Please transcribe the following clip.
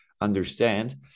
understand